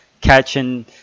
catching